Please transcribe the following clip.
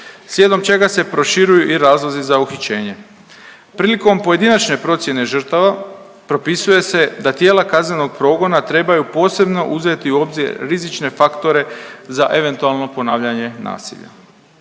slijedom čega se proširuju i razlozi za uhićenje. Prilikom pojedinačne procjene žrtava propisuje se da tijela kaznenog progona trebaju posebno uzeti u obzir rizične faktore za eventualno ponavljanje nasilja.